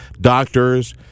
doctors